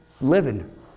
living